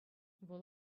вӑл